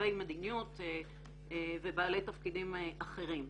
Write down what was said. מעצבי מדיניות ובעלי תפקידים אחרים.